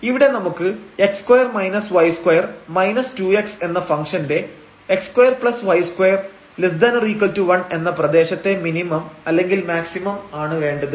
ഇവിടെ നമുക്ക് x2 y2 2x എന്ന ഫംഗ്ഷന്റെ x2y2≤1 എന്ന പ്രദേശത്തെ മിനിമം അല്ലെങ്കിൽ മാക്സിമം ആണ് വേണ്ടത്